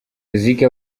ziggy